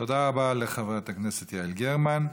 תודה רבה לחברת הכנסת יעל גרמן.